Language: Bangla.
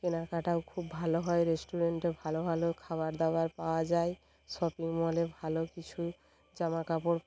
কেনাকাটাও খুব ভালো হয় রেস্টুরেন্টে ভালো ভালো খাবার দাবার পাওয়া যায় শপিং মলে ভালো কিছু জামাকাপড়